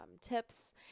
Tips